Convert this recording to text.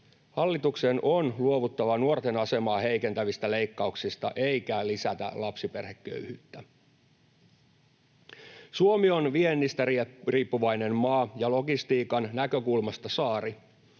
Hallituksen on luovuttava nuorten asemaa heikentävistä leikkauksista eikä lisättävä lapsiperheköyhyyttä. Suomi on viennistä riippuvainen maa ja logistiikan näkökulmasta saari.